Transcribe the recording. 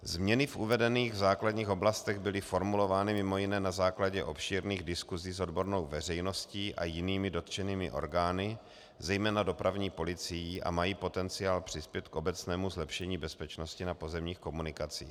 Změny v uvedených základních oblastech byly formulovány mimo jiné na základě obšírných diskusí s odbornou veřejností a jinými dotčenými orgány, zejména dopravní policií, a mají potenciál přispět k obecnému zlepšení bezpečnosti na pozemních komunikacích.